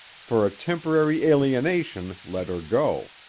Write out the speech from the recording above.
for a temporary alienation, let her go.